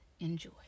Enjoy